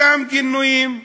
אותם גינויים,